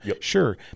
Sure